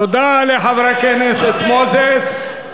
תודה לחבר הכנסת מוזס.